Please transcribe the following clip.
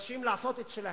נדרשים לעשות את שלהם,